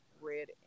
red